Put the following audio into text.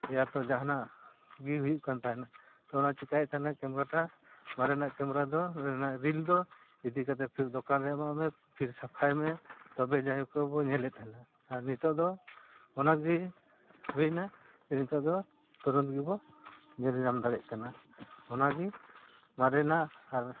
ᱭᱟ ᱛᱚ ᱡᱟᱦᱟᱱᱟᱜ ᱜᱮ ᱦᱩᱭᱩᱜ ᱠᱟᱱ ᱛᱟᱦᱮᱱᱟ ᱛᱚ ᱚᱱᱟ ᱪᱤᱠᱟᱹᱭᱮᱫ ᱛᱟᱦᱮᱱᱟ ᱠᱮᱢᱨᱟᱴᱟᱜ ᱢᱟᱨᱮᱱᱟᱜ ᱠᱮᱢᱨᱟ ᱫᱚ ᱨᱤᱞ ᱫᱚ ᱤᱫᱤ ᱠᱟᱛᱮᱜ ᱯᱷᱤᱨ ᱫᱚᱠᱟᱱ ᱨᱮ ᱮᱢᱟᱜ ᱢᱮ ᱯᱷᱤᱨ ᱥᱟᱯᱷᱟᱭ ᱢᱮ ᱛᱚᱵᱮ ᱡᱟᱭᱦᱳᱠ ᱵᱚ ᱧᱮᱞᱮᱫ ᱛᱟᱦᱮᱱᱟ ᱟᱨ ᱱᱤᱛᱳᱜ ᱫᱚ ᱚᱱᱟᱜᱮ ᱦᱩᱭᱱᱟ ᱱᱤᱛᱳᱜ ᱫᱚ ᱛᱩᱨᱟᱹᱱᱛ ᱜᱮᱵᱚ ᱧᱮᱞ ᱧᱟᱢ ᱫᱟᱲᱮᱭᱟᱜ ᱠᱟᱱᱟ ᱚᱱᱟᱜᱮ ᱢᱟᱨᱮᱱᱟᱜ ᱟᱨ